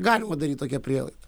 galima daryt tokią prielaidą